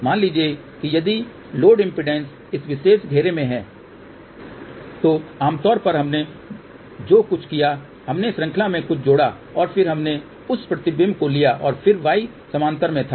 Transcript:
मान लीजिए कि यदि लोड इम्पीडेन्स इस विशेष घेरे में थी तो आमतौर पर हमने जो कुछ किया हमने श्रृंखला में कुछ जोड़ा और फिर हमने उस प्रतिबिंब को लिया और फिर y समानांतर में था